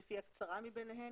לפי הקצרה מביניהן,